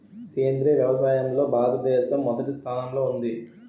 సేంద్రీయ వ్యవసాయంలో భారతదేశం మొదటి స్థానంలో ఉంది